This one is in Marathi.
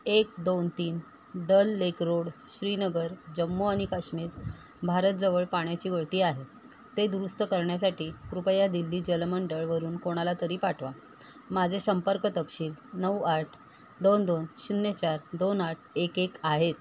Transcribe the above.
एक दोन तीन डल लेक रोड श्रीनगर जम्मू आणि काश्मीर भारत जवळ पाण्याची गळती आहे ते दुरुस्त करण्यासाठी कृपया दिल्ली जलमंडळवरून कोणाला तरी पाटवा माझे संपर्क तपशील नऊ आठ दोन दोन शून्य चार दोन आठ एक एक आहेत